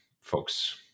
folks